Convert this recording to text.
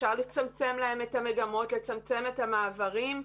אפשר לצמצם להם את המגמות, לצמצם את המעברים.